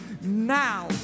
now